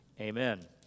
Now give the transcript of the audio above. Amen